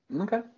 okay